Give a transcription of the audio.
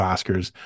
Oscars